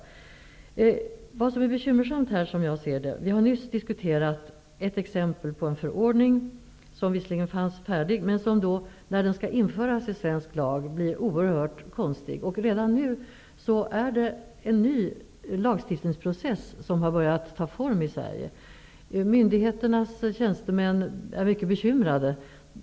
Jag skall ta upp det som enligt min mening är bekymmersamt i detta sammhang. Vi har nyss diskuterat ett exempel på en förordning som visserligen fanns färdig men som blir oerhört konstig när den skall införas i svensk lag. Redan nu har en ny lagstiftningsprocess börjat ta form i Sverige. Myndigheternas tjänstemän är mycket bekymrade.